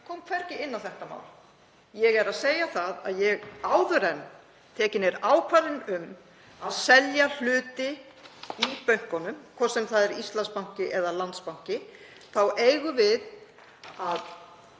kom hvergi inn á þetta mál. Ég er að segja að áður en tekin er ákvörðun um að selja hluti í bönkunum, hvort sem það er Íslandsbanki eða Landsbanki, þá eigum við að